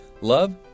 love